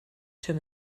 term